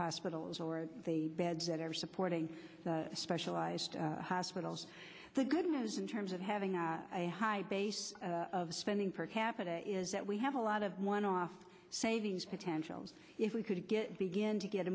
hospitals or the beds that are supporting specialized hospitals the good news in terms of having a high base of spending per capita is that we have a lot of one off savings potentials if we could get begin to get